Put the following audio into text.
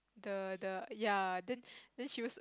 the the ya then then she was